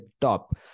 top